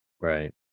Right